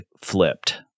flipped